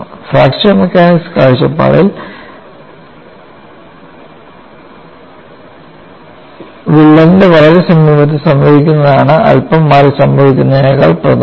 fracture mechanics കാഴ്ചപ്പാടിൽ വിള്ളലിനെ വളരെ സമീപത്ത് സംഭവിക്കുന്നതാണ് അല്പം മാറി സംഭവിക്കുന്നതിനെക്കാൾ പ്രധാനം